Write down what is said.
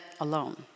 alone